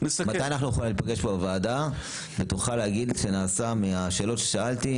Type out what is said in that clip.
מתי אנחנו יכולים להיפגש פה בוועדה ותוכל להגיד שנעשה מהשאלות ששאלתי,